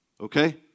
Okay